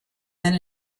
and